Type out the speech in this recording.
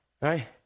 Right